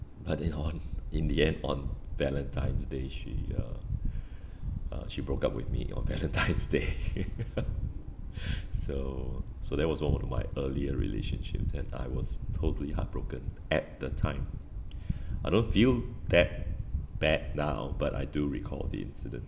but then on in the end on valentine's day she uh uh she broke up with me on valentine's day so so that was one of my earlier relationships and I was totally heartbroken at the time I don't feel that bad now but I do recall the incident